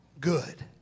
good